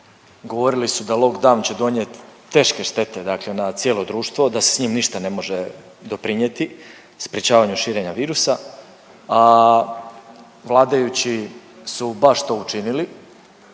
govorili su da lockdown će donijeti teške štete dakle na cijelo društvo, da se s njim ništa ne može doprinijeti sprječavanju širenja virusa, a vladajući su baš to učinili.